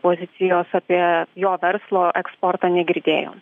pozicijos apie jo verslo eksportą negirdėjom